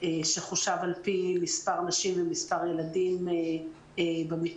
שחושב על-פי מספר הנשים ומספר הילדים במקלטים,